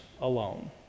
alone